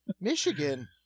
Michigan